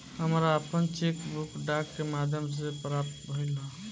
हमरा आपन cheque book डाक के माध्यम से प्राप्त भइल ह